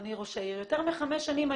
מחמש שנים